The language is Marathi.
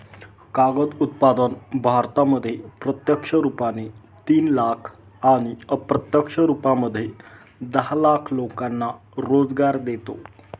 कागद उत्पादन भारतामध्ये प्रत्यक्ष रुपाने तीन लाख आणि अप्रत्यक्ष रूपामध्ये दहा लाख लोकांना रोजगार देतो